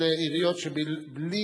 אלה עיריות שבלי